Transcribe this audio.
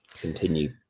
continue